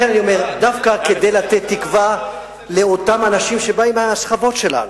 דווקא כדי לתת תקווה לאותם אנשים שבאים מהשכבות שלנו,